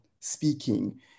speaking